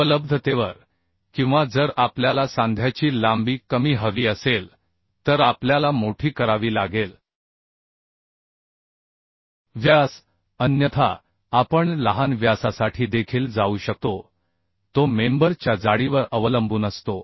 उपलब्धतेवर किंवा जर आपल्याला सांध्याची लांबी कमी हवी असेल तर आपल्याला मोठी करावी लागेल व्यास अन्यथा आपण लहान व्यासासाठी देखील जाऊ शकतो तो मेंबर च्या जाडीवर अवलंबून असतो